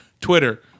Twitter